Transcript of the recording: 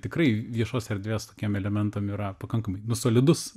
tikrai viešos erdvės tokiem elementam yra pakankamai nu solidus